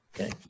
Okay